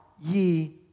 ye